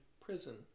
prison